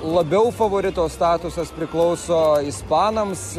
labiau favorito statusas priklauso ispanams